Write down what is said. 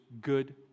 good